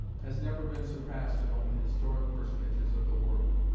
has never been surpassed among the historic personages of the world.